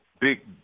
big